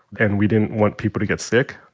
and we didn't want people to get sick.